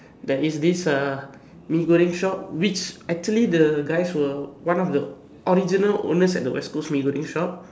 there is this uh Mee-Goreng shop which actually the guys were one of the original owners at the West-Coast Mee-Goreng shop